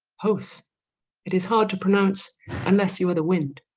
os it is hard to pronounce unless you are the wind